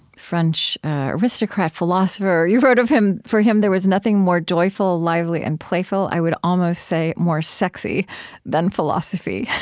french aristocrat philosopher. you wrote of him, for him, there is nothing more joyful, lively, and playful i would almost say, more sexy than philosophy.